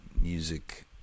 music